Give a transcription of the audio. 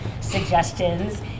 suggestions